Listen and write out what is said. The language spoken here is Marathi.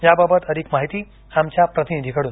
याबाबत अधिक माहिती आमच्या प्रतिनिधीकडून